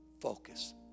focus